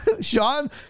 Sean